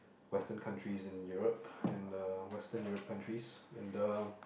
western countries in Europe and uh western Europe countries and um